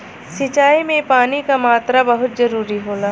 सिंचाई में पानी क मात्रा बहुत जरूरी होला